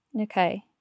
okay